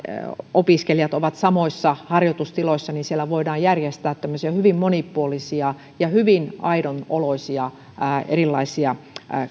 opiskelijat ovat samoissa harjoitustiloissa voidaan järjestää tämmöisiä hyvin monipuolisia ja hyvin aidon oloisia erilaisia